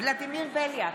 ולדימיר בליאק,